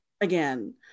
again